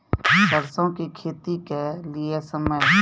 सरसों की खेती के लिए समय?